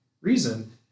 reason